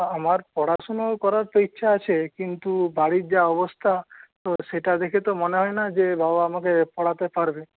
আমার পড়াশোনা করার তো ইচ্ছা আছে কিন্তু বাড়ির যা অবস্থা তো সেটা দেখে তো মনে হয় না যে বাবা আমাকে পড়াতে পারবে